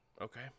Okay